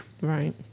Right